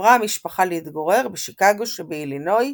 עברה המשפחה להתגורר בשיקגו שבאילינוי